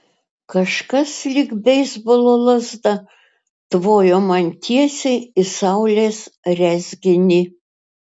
kažkas lyg beisbolo lazda tvojo man tiesiai į saulės rezginį